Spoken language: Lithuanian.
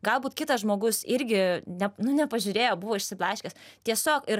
galbūt kitas žmogus irgi ne nu nepažiūrėjo buvo išsiblaškęs tiesiog ir